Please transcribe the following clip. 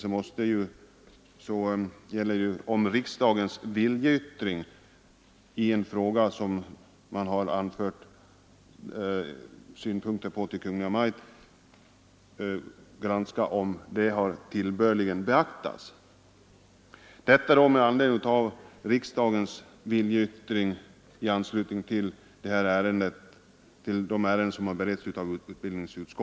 Vad det här gäller är ju om en viljeyttring från riksdagen i ett ärende som beretts av utbildningsutskottet har av Kungl. Maj:t tillbörligen beaktats.